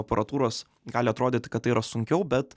aparatūros gali atrodyti kad tai yra sunkiau bet